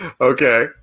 okay